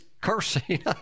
cursing